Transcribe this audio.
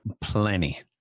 plenty